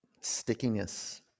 stickiness